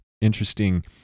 interesting